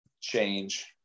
change